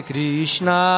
Krishna